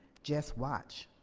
just watch.